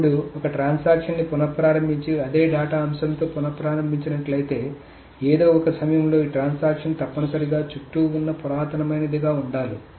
ఇప్పుడు ఒక ట్రాన్సాక్షన్ ని పునఃప్రారంభించి అదే డేటా అంశంతో పునః ప్రారంభించి నట్లయితే ఏదో ఒక సమయంలో ఈ ట్రాన్సాక్షన్ తప్పనిసరిగా చుట్టూ ఉన్న పురాతనమైనది గా ఉండాలి